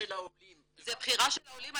זו בחירה של העולים.